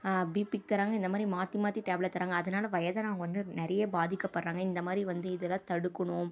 பிபிக்கு தராங்க இந்தமாதிரி மாற்றி மாற்றி டேப்லெட் தராங்க அதனால் வயதானவங்க வந்து நிறைய பாதிக்கப்படுறாங்க இந்தமாதிரி வந்து இதெல்லாம் தடுக்கணும்